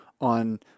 on